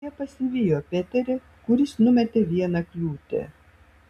jie pasivijo peterį kuris numetė vieną kliūtį